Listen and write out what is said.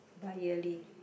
biyearly